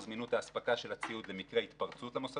זמינות האספקה של הציוד למקרה התפרצות למוסדות.